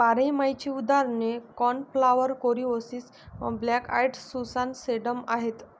बारमाहीची उदाहरणे cornflower, coreopsis, black eyed Susan, sedum आहेत